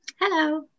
hello